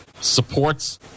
supports